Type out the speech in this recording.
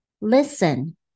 Listen